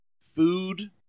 food